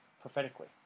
prophetically